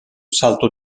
salto